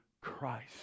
Christ